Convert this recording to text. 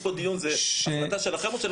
פה דיון זאת החלטה שלכם או של הפרקליטות?